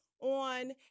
on